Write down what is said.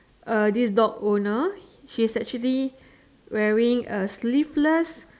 uh this dog owner she's actually wearing a sleeveless